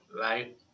right